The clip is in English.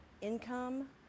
income